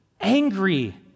angry